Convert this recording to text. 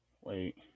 Wait